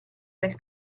del